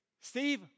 Steve